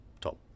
top